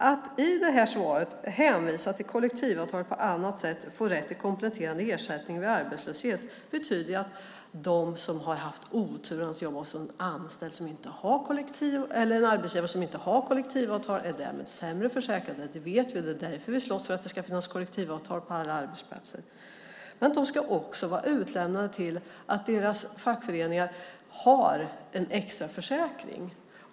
Att i det här svaret hänvisa till kollektivavtal för att på annat sätt få rätt till kompletterande ersättning vid arbetslöshet betyder att de som har haft oturen att vara anställda hos en arbetsgivare utan kollektivavtal är därmed sämre försäkrade. Det vet vi, och det är därför vi slåss för att det ska finnas kollektivavtal på alla arbetsplatser. Men de ska också vara utlämnade till att deras fackföreningar har en extra försäkring.